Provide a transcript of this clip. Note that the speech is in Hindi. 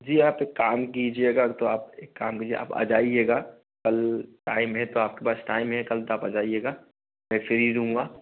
जी आप एक काम कीजिएगा तो आप एक काम कीजिए आप आ जाइएगा कल टाइम है तो आपके पास टाइम है कल तो आप आ जाइएगा मैं फ़्री रहूँगा